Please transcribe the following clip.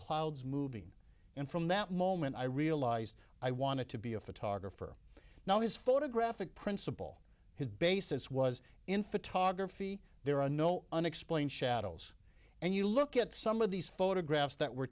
clouds moving and from that moment i realised i wanted to be a photographer now is photographic principle has basis was in photography there are no unexplained shadows and you look at some of these photographs that were